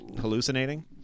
hallucinating